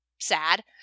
sad